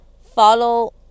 Follow